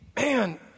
man